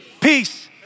Peace